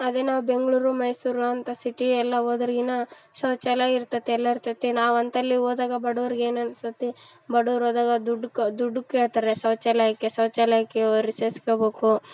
ಅದೇ ನಾವು ಬೆಂಗಳೂರು ಮೈಸೂರು ಅಂತ ಸಿಟಿ ಎಲ್ಲ ಹೋದ್ರೆಗಿನ ಶೌಚಾಲಯ ಇರ್ತದೆ ಎಲ್ಲ ಇರ್ತದೆ ನಾವಂತಲ್ಲಿಗೆ ಹೋದಾಗ ಬಡವ್ರಿಗೆ ಏನು ಅನ್ಸತಿ ಬಡುವ್ರು ಹೋದಾಗ ದುಡ್ಡು ಕ್ ದುಡ್ಡು ಕೇಳ್ತಾರೆ ಶೌಚಾಲಯಕ್ಕೆ ಶೌಚಾಲಯಕ್ಕೆ ರಿಸಸ್ಗೆ ಹೋಬೇಕು